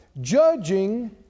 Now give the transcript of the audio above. judging